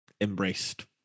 embraced